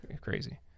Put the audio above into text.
crazy